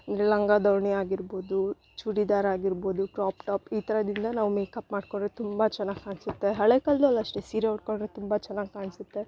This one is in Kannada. ಅಂದರೆ ಲಂಗ ದಾವ್ಣಿ ಆಗಿರ್ಬೌದು ಚೂಡಿದಾರ್ ಆಗಿರ್ಬೌದು ಕ್ರಾಪ್ ಟಾಪ್ ಈ ಥರದ್ರಿಂದ ನಾವು ಮೇಕಪ್ ಮಾಡಿಕೊಂಡ್ರೆ ತುಂಬ ಚೆನ್ನಾಗ್ ಕಾಣ್ಸುತ್ತೆ ಹಳೆ ಕಾಲ್ದಲ್ಲಿ ಅಷ್ಟೇ ಸೀರೆ ಉಟ್ಕೊಂಡರೆ ತುಂಬ ಚೆನ್ನಾಗ್ ಕಾಣಿಸುತ್ತೆ